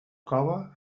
cove